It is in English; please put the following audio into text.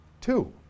two